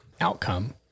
outcome